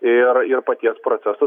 ir ir paties proceso